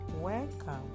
welcome